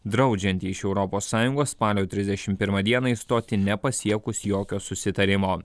draudžiantį iš europos sąjungos spalio trisdešimt pirmą dieną išstoti nepasiekus jokio susitarimo